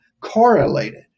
correlated